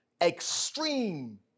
extreme